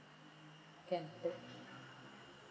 can